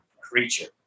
creature